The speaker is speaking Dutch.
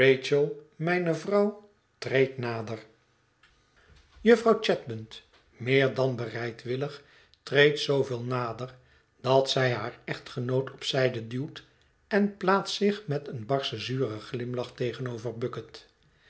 mijne vrouw treed nader jufvrouw chadband meer dan bereidwillig treedt zooveel nader dat zij haar echtgenoot op zijde duwt en plaatst zich met een barschen zuren glimlach tegenover bucket